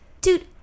dude